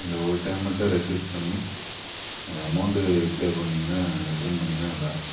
இந்த ஒரு டைம் மட்டும் ரெக்வஸ்ட் பண்ணி எனக்கு அமௌண்டு ரிப்ளே பண்ணீங்கன்னால் ரிட்டன் பண்ணீங்கன்னால் நல்லாயிருக்கும்